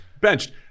benched